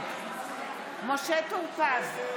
נגד משה טור פז,